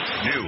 New